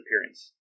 appearance